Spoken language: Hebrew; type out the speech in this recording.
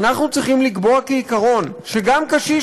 אנחנו צריכים לקבוע כעיקרון שגם קשיש